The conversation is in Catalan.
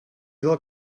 del